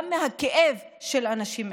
גם מהכאב של האנשים האלה.